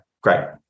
great